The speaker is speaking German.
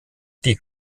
die